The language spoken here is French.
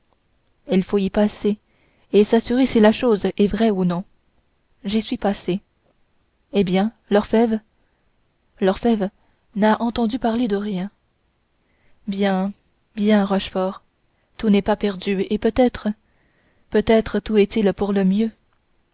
il faut y passer et s'assurer si la chose est vraie ou non j'y suis passé eh bien l'orfèvre l'orfèvre n'a entendu parler de rien bien bien rochefort tout n'est pas perdu et peut-être peut-être tout est-il pour le mieux